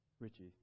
Richie